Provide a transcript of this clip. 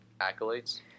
accolades